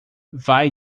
vai